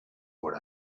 what